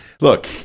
Look